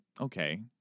okay